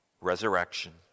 resurrection